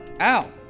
Ow